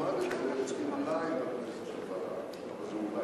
אתה תלמד את זה אולי בכנסת הבאה, וזה אולי.